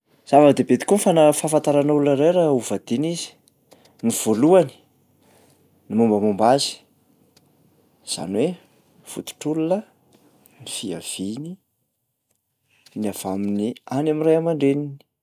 Zava-dehibe tokoa ny fana- fahafantarana olona ray raha hovadiana izy. Ny voalohany, ny mombamomba azy, izany hoe fototr'olona, fiaviany ny avy amin'ny any am'ray aman-dreniny.